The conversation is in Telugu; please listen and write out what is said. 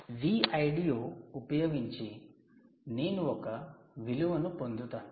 Vldo ఉపయోగించి నేను ఒక విలువను పొందుతాను